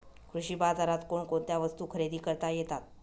कृषी बाजारात कोणकोणत्या वस्तू खरेदी करता येतात